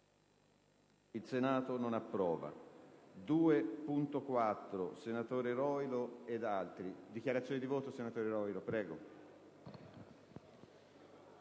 **Il Senato non approva.**